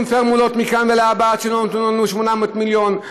"פורמולות" מכאן ולהבא עד שנותנים לנו 800 מיליון,